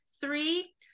Three